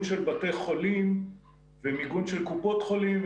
של בתי חולים ומיגון של קופות חולים.